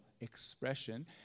expression